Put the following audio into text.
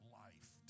life